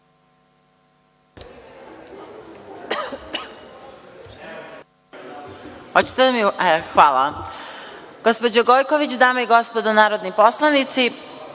Hvala